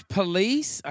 police